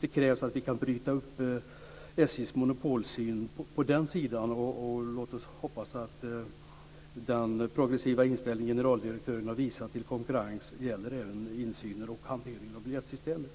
Det krävs att vi kan bryta upp SJ:s monopolsyn i den frågan. Låt oss hoppas att den progressiva inställning till konkurrens som generaldirektören har visat även gäller insyn och hantering av biljettsystemet.